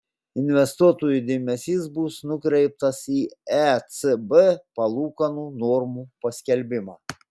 investuotojų dėmesys bus nukreiptas į ecb palūkanų normų paskelbimą